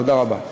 תודה רבה.